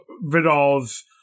Vidal's